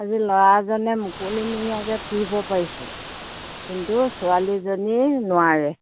আজি ল'ৰাজনে মুকলিমুৰীয়াকৈ ফুৰিব পাৰিছে কিন্তু ছোৱালীজনী নোৱাৰে